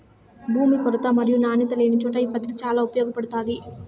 భూమి కొరత మరియు నాణ్యత లేనిచోట ఈ పద్దతి చాలా ఉపయోగపడుతాది